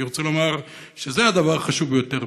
אני רוצה לומר שזה הדבר החשוב ביותר,